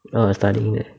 uh study